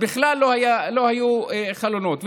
בכלל לא היו חלונות.